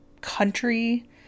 country